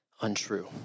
untrue